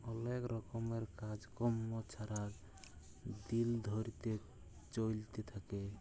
অলেক রকমের কাজ কম্ম ছারা দিল ধ্যইরে চইলতে থ্যাকে